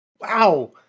Wow